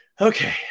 Okay